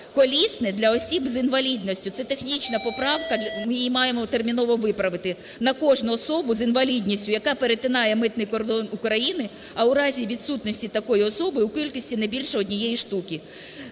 колісне для осіб з інвалідністю…". Це технічна поправка, ми її маємо терміново виправити. "На кожну особу з інвалідністю, яка перетинає митний кордон України, а у разі відсутності такої особи – у кількості не більше однієї штуки".